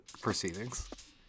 proceedings